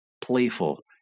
playful